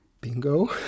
Bingo